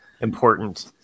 important